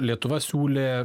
lietuva siūlė